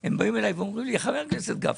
הם באים אליי ואומרים חבר הכנסת גפני,